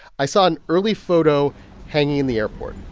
i saw an early photo hanging in the airport.